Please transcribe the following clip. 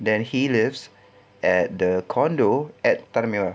then he lives at the condo at tanah merah